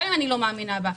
גם אם אני לא מאמינה בה.